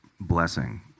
blessing